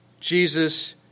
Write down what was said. Jesus